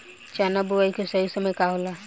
चना बुआई के सही समय का होला?